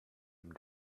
ihm